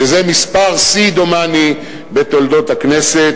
וזה מספר שיא, דומני, בתולדות הכנסת.